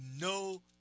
no